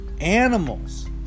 animals